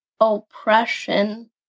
oppression